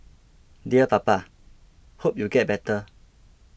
dear Papa hope you get better